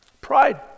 Pride